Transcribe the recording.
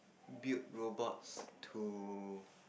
build robots to